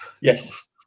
yes